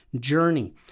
journey